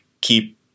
keep